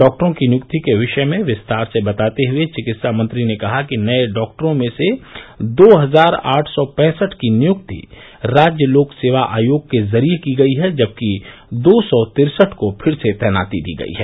डॉक्टरों की नियुक्ति के विषय में विस्तार से बताते हुये चिकित्सा मंत्री ने कहा कि नये डॉक्टरों में से दो हजार आठ सौ पैंसठ की नियुक्ति राज्य लोक सेवा आयोग के जरिये की गयी है जबकि दो सौ तिरसठ को फिर से तैनाती दी गयी है